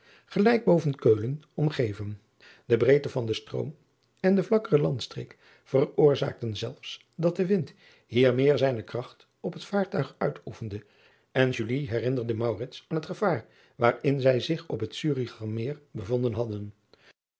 gelijk boven eulen omgeven e breedte van den stroom en de vlakkere landstreek veroorzaakten zelfs dat de wind hier meer zijne kracht op het vaartuig uitoefende en herinnerde het gevaar waarin zij zich op het uricher eer bevonden hadden